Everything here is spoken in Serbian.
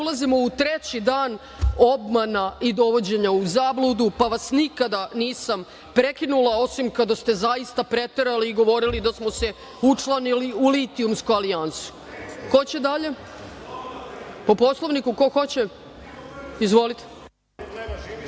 ulazimo u treći dan obmana i dovođenja u zabludu, pa vas nikada nisam prekinula, osim kada ste zaista preterali i govorili da smo se učlanili u litijumsku alijansu. Ko hoće dalje? Po Poslovniku? Izvolite.